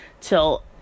till